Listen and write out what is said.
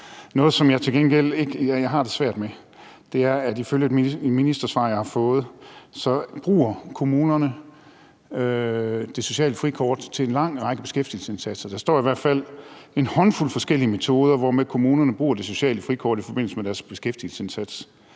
Noget, jeg til gengæld har det svært med, er, at ifølge et ministersvar, jeg har fået, bruger kommunerne det sociale frikort til en lang række beskæftigelsesindsatser. Der står i hvert fald noget om en håndfuld forskellige metoder, hvormed kommunerne bruger det sociale frikort i forbindelse med deres beskæftigelsesindsats.